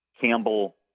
campbell